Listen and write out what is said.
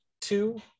two